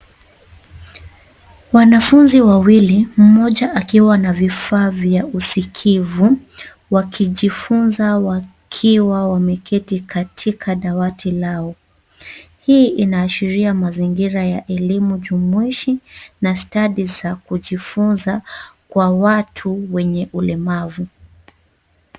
Wanafunzi wawili, mmoja akiwa na vifaa vya usikivu wakijifunza wakiwa wameketi katika dawati lao. Hii inaashiria mazingira ya elimu jumuishi na stadi za kujifunza kwa watu wenye ulemavu.